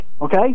Okay